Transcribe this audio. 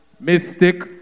Mystic